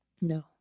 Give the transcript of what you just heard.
No